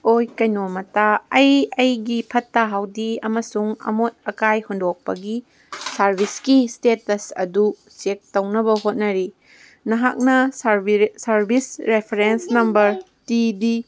ꯑꯣꯏ ꯀꯩꯅꯣꯃꯇ ꯑꯩ ꯑꯩꯒꯤ ꯐꯠꯇ ꯍꯥꯎꯗꯤ ꯑꯃꯁꯨꯡ ꯑꯃꯣꯠ ꯑꯀꯥꯏ ꯍꯨꯟꯗꯣꯛꯄꯒꯤ ꯁꯥꯔꯕꯤꯁꯀꯤ ꯏꯁꯇꯦꯇꯁ ꯑꯗꯨ ꯆꯦꯛ ꯇꯧꯅꯕ ꯍꯣꯠꯅꯔꯤ ꯅꯍꯥꯛꯅ ꯁꯥꯔꯕꯤꯁ ꯔꯤꯐ꯭ꯔꯦꯟꯁ ꯅꯝꯕꯔ ꯇꯤ ꯗꯤ